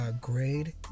grade